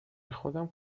خودم